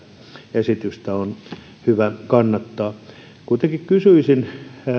esitystä on hyvä kannattaa kuitenkin kysyisin